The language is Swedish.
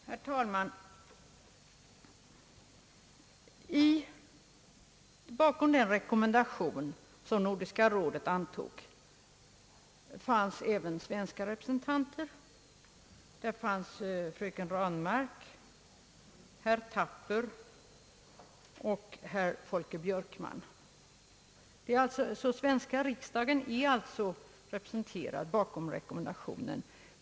Herr talman! Bakom den rekommendation som Nordiska rådet antog stod även svenska representanter. Där fanns fröken Ranmark, herr Thapper och herr Folke Björkman. Ledamöter från svenska riksdagen står alltså bakom rekommendationen.